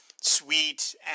sweet